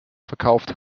verkauft